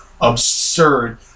absurd